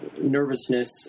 nervousness